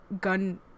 gun